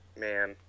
man